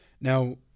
now